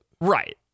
Right